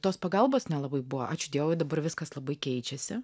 tos pagalbos nelabai buvo ačiū dievui dabar viskas labai keičiasi